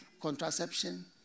contraception